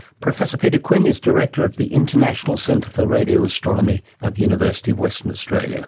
professor peter quinn is director of the international centre for radio astronomy at the university of western australia